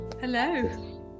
Hello